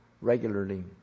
regularly